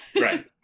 Right